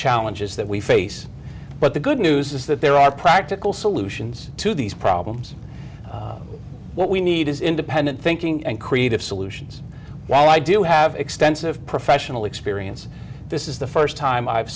challenges that we face but the good news is that there are practical solutions to these problems what we need is independent thinking and creative solutions while i do have extensive professional experience this is the first time i've